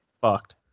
fucked